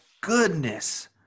goodness